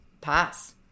Pass